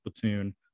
platoon